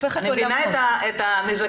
אני מבינה את הנזקים,